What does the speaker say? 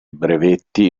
brevetti